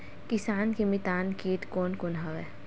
किसान के मितान कीट कोन कोन से हवय?